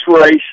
race